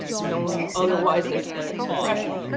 known otherwise as the depression.